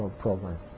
program